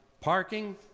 parking